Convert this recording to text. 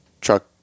truck